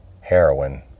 heroin